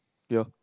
ya